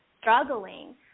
struggling